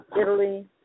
Italy